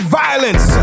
violence